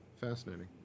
Fascinating